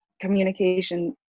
communication